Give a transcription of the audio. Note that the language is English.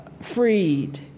freed